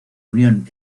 unión